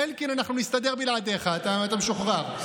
אלקין, אנחנו נסתדר בלעדיך, אתה משוחרר.